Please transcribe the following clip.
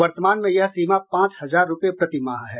वर्तमान में यह सीमा पांच हजार रूपये प्रतिमाह है